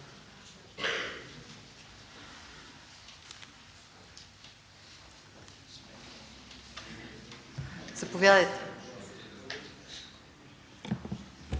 Заповядайте,